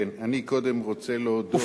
ובכן, אני קודם רוצה להודות.